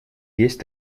есть